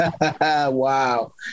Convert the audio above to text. Wow